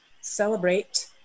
celebrate